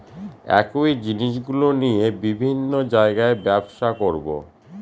একই জিনিসগুলো নিয়ে বিভিন্ন জায়গায় ব্যবসা করবো